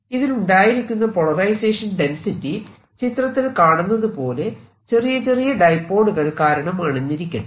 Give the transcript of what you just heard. ഇതിൽ ഉണ്ടായിരിക്കുന്ന polarisation density ചിത്രത്തിൽ കാണുന്നത് പോലെ ചെറിയ ചെറിയ ഡൈപോളുകൾ കാരണമാണെന്നിരിക്കട്ടെ